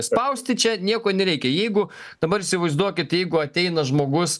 spausti čia nieko nereikia jeigu dabar įsivaizduokit jeigu ateina žmogus